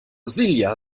silja